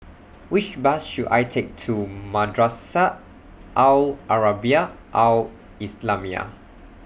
Which Bus should I Take to Madrasah Al Arabiah Al Islamiah